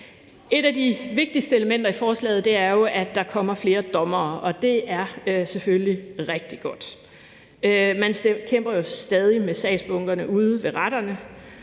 Et af de vigtigste elementer i forslaget er jo, at der kommer flere dommere, og det er selvfølgelig rigtig godt. Man kæmper jo stadig med sagsbunkerne ude ved retterne,